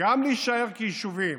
גם להישאר כיישובים,